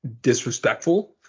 disrespectful